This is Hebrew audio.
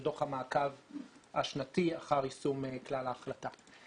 זה דוח המעקב השנתי אחר יישום כלל ההחלטה.